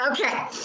Okay